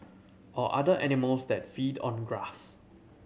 or other animals that feed on the grass